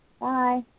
Bye